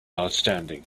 outstanding